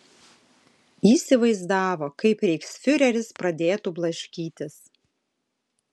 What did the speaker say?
įsivaizdavo kaip reichsfiureris pradėtų blaškytis